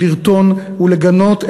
לרטון ולגנות,